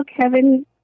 Kevin